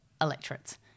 electorates